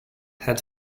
had